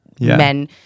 men